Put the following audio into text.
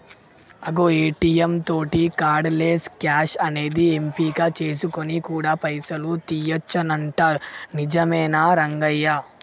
అగో ఏ.టీ.యం తోటి cardless cash అనేది ఎంపిక చేసుకొని కూడా పైసలు తీయొచ్చునంట నిజమేనా రంగయ్య